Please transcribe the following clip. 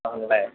ആണല്ലേ